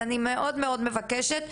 אז אני מאוד מבקשת,